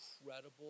incredible